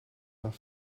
nach